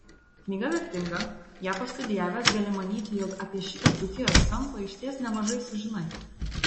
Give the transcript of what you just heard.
knyga vertinga ją pastudijavęs gali manyti jog apie šitą dzūkijos kampą išties nemažai sužinai